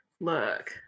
look